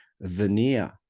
veneer